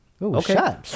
Okay